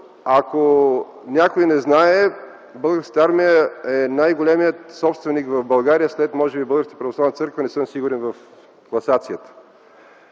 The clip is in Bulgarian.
Ако някой не знае, Българската армия е най-големият собственик в България, може би след Българската православна църква – не съм сигурен в класацията.